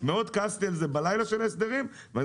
מאוד כעסתי על זה בלילה של ההסדרים ואני